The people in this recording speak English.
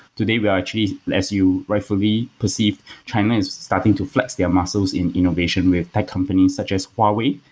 today we are actually as you rightfully perceive, china is starting to flex their muscles in innovation with the companies such as huawei,